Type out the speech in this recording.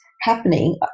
happening